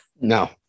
No